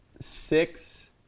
six